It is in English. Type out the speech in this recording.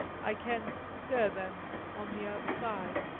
i can hear them on the outside.